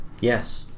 Yes